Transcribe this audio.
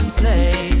play